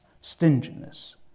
stinginess